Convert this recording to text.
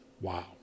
wow